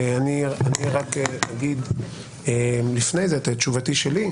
אני רק אגיד לפני זה את תשובתי שלי,